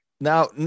Now